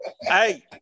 hey